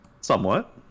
Somewhat